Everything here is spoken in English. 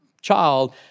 child